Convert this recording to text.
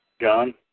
John